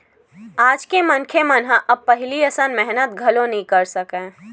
आज के मनखे मन ह अब पहिली असन मेहनत घलो नइ कर सकय